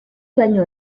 baino